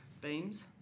beams